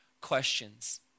questions